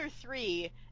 three